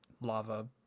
lava